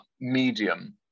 medium